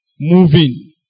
moving